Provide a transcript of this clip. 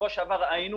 אנחנו